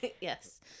Yes